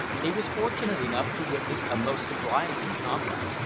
he was fortunate enough to witness a most surprising combat.